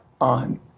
on